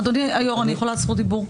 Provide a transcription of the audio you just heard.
אדוני היושב-ראש, אני יכולה לקבל זכות דיבור?